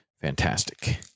fantastic